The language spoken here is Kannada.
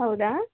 ಹೌದಾ